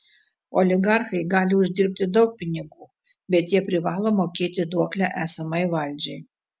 oligarchai gali uždirbti daug pinigų bet jie privalo mokėti duoklę esamai valdžiai